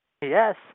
Yes